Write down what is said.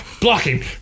Blocking